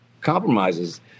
compromises